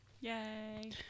yay